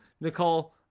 Nicole